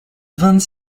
vingt